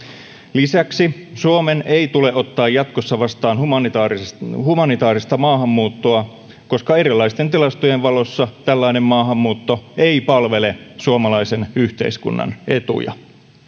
lisäksi suomen ei tule ottaa jatkossa vastaan humanitaarista maahanmuuttoa koska erilaisten tilastojen valossa tällainen maahanmuutto ei palvele suomalaisen yhteiskunnan etuja